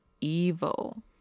Evil